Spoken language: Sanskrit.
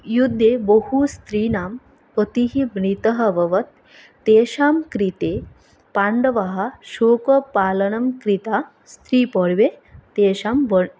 युद्धे बहु स्त्रीणां पतिः मृतः अभवत् तेषां कृते पाण्डवाः शोकपालनं कृता स्त्रीपर्वे तेषां वरं